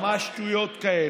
ממש שטויות כאלה.